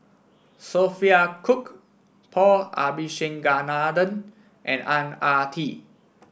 Sophia Cooke Paul Abisheganaden and Ang Ah Tee